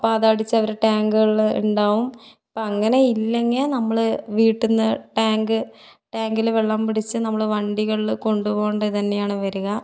അപ്പം അതടിച്ച് അവർ ടാങ്കുകൾ ഉണ്ടാകും ഇപ്പം അങ്ങനെ ഇല്ലെങ്കിൽ നമ്മൾ വീട്ടിൽ നിന്ന് ടാങ്ക് ടാങ്കിൽ വെള്ളം പിടിച്ച് നമ്മൾ വണ്ടികളിൽ കൊണ്ട് പോകേണ്ടി തന്നെയാണ് വരിക